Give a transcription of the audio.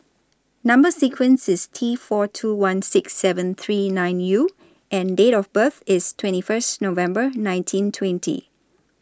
Number sequence IS T four two one six seven three nine U and Date of birth IS twenty First November nineteen twenty